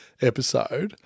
episode